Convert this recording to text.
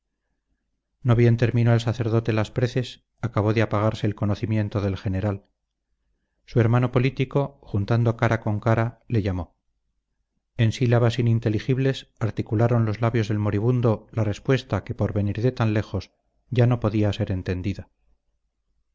no bien terminó el sacerdote las preces acabó de apagarse el conocimiento del general su hermano político juntando cara con cara le llamó en sílabas ininteligibles articularon los labios del moribundo la respuesta que por venir de tan lejos ya no podía ser entendida